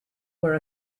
were